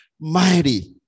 mighty